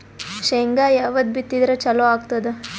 ಶೇಂಗಾ ಯಾವದ್ ಬಿತ್ತಿದರ ಚಲೋ ಆಗತದ?